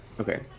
Okay